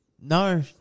No